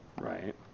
Right